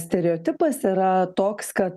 stereotipas yra toks kad